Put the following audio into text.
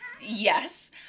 yes